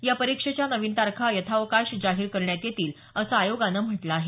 या परीक्षेच्या नवीन तारखा यशावकाश जाहीर करण्यात येतील असं आयोगानं म्हटलं आहे